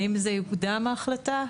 האם תוקדם ההחלטה?